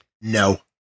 No